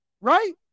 right